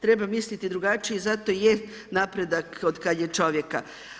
Treba misliti drugačije i zato je napredak od kad je čovjeka.